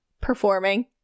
performing